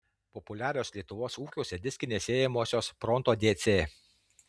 populiarios lietuvos ūkiuose diskinės sėjamosios pronto dc